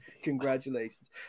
congratulations